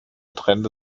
trennte